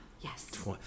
Yes